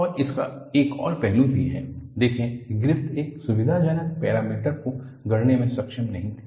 और इसका एक और पहलू भी है देखें कि ग्रिफ़िथ एक सुविधाजनक पैरामीटर को गढ़ने में सक्षम नहीं थे